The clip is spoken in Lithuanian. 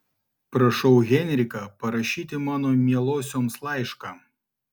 prašau henriką parašyti mano mielosioms laišką